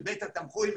בבית התמחוי,